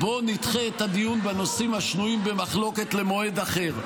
בוא נדחה את הדיון בנושאים השנויים במחלוקת למועד אחר.